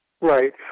Right